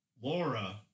Laura